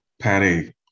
Patty